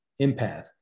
empath